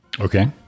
Okay